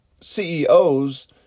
CEOs